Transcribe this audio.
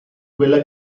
quella